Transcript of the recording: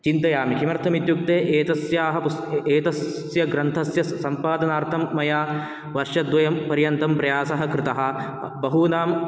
चिन्तयामि किमर्थम् इत्युक्ते एतस्याः पुस् एतस्य ग्रन्थस्य सम्पादनार्थं मया वर्षद्वयं पर्यन्तं प्रयासः कृतः बहूनां